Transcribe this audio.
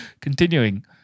Continuing